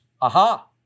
aha